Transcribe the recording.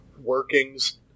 workings